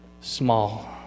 small